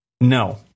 No